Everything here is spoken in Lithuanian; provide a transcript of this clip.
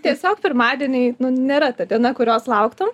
tiesiog pirmadieniai nu nėra ta diena kurios lauktum